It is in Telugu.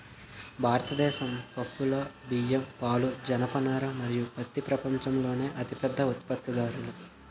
భారతదేశం పప్పులు, బియ్యం, పాలు, జనపనార మరియు పత్తి ప్రపంచంలోనే అతిపెద్ద ఉత్పత్తిదారులు